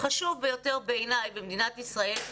החשוב ביותר בעיניי במדינת ישראל,